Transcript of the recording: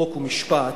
חוק ומשפט